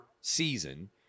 season